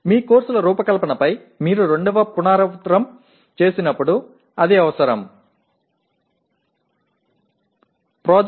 మీ కోర్సుల రూపకల్పనపై మీరు రెండవ పునరావృతం చేసినప్పుడు అది అవసరం